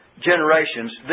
Generations